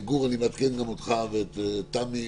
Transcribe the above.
גור, אני מעדכן גם אותך, ואת תמי.